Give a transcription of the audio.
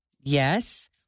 Yes